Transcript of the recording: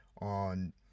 on